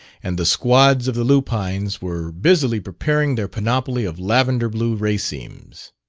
and the squads of the lupines were busily preparing their panoply of lavender-blue racemes.